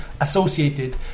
associated